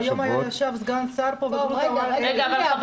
היום ישב פה סגן שר וגרוטו אמר --- חבל,